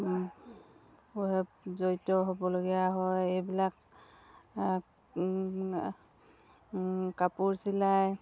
জড়িত হ'বলগীয়া হয় এইবিলাক কাপোৰ চিলাই